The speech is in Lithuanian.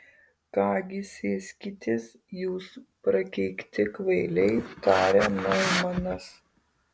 ką gi sėskitės jūs prakeikti kvailiai tarė noimanas